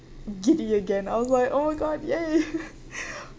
giddy again I was like oh my god ya